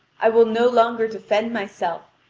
i will no longer defend myself,